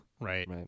Right